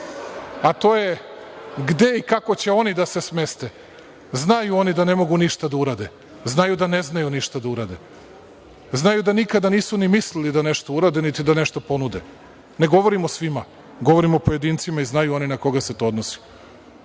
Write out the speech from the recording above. a to je gde i kako će oni da se smeste. Znaju oni da ne mogu ništa da urade. Znaju da ne znaju ništa da urade. Znaju da nikada nisu ni mislili da nešto urade, niti da nešto ponude. Ne govorim o svima, govorim o pojedincima i znaju oni na koga se to odnosi.